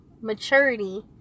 maturity